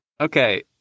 Okay